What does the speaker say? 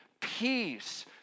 peace